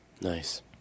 Nice